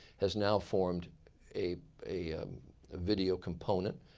has now formed a a video component.